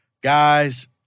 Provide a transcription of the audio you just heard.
guys